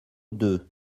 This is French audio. deux